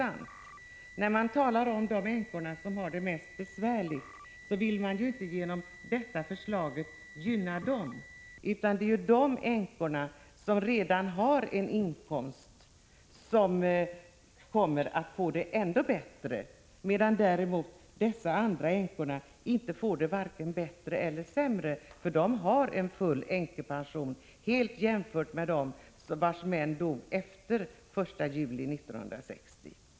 Motionärernas förslag innebär ju inte att man gynnar de änkor som har det mest besvärligt, utan det är de änkor som redan har en inkomst som kommer att få det ändå bättre. De andra änkorna får det varken bättre eller sämre, eftersom de har en full änkepension, jämfört med dem vars män dog efter den 1 juli 1960.